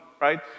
right